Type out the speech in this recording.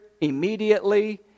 immediately